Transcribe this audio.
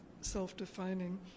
self-defining